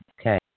Okay